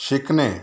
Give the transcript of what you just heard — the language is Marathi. शिकणे